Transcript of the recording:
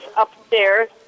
upstairs